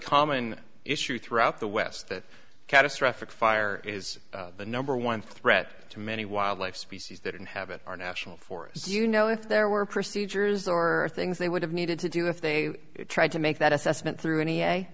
common issue throughout the west that catastrophic fire is the number one threat to many wildlife species that inhabit our national forests you know if there were procedures or things they would have needed to do if they tried to make that assessment through n e